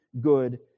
good